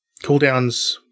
Cooldowns